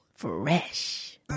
Fresh